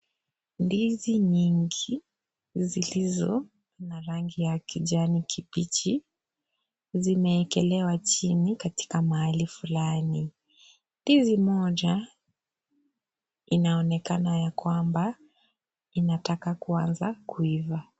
Ndizi nyingi zilizo na rangi ya kijani kibichi. Zimeekelewa chini katika mahali fulani hivi. Ndizi moja inaonekana ya kwamba inataka kuanza kuiva.